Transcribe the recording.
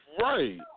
Right